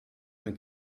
mit